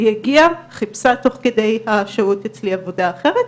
היא הגיעה ותוך כדי השהות אצלי היא חיפשה עבודה אחרת,